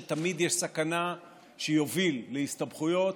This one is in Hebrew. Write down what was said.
שתמיד יש סכנה שיוביל להסתבכויות